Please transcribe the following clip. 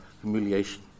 humiliation